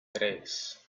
tres